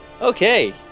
Okay